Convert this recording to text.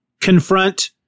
confront